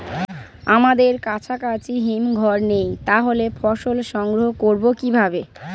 আমাদের কাছাকাছি হিমঘর নেই তাহলে ফসল সংগ্রহ করবো কিভাবে?